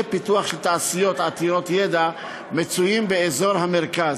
הפיתוח של תעשיות עתירות ידע מצויים באזור המרכז.